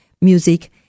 music